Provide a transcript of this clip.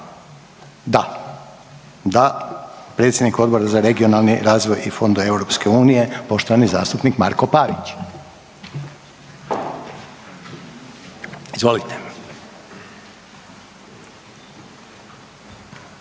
da, da predsjednik Odbora za regionalni razvoj i fondove EU, poštovani zastupnik Marko Pavić. Izvolite.